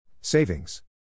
Savings